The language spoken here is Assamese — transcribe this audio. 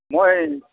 মই